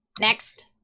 Next